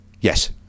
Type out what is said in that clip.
Yes